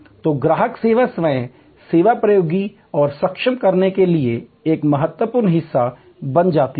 तो ग्राहक सेवा स्वयं सेवा प्रौद्योगिकी को सक्षम करने के लिए एक महत्वपूर्ण हिस्सा बन जाती है